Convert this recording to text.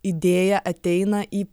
idėja ateina į